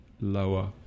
lower